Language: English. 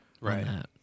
right